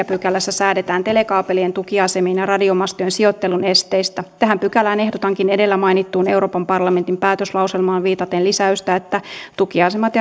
pykälässä säädetään telekaapelien tukiasemien ja radiomastojen sijoittelun esteistä tähän pykälään ehdotankin edellä mainittuun euroopan parlamentin päätöslauselmaan viitaten lisäystä että tukiasemat